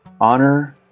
Honor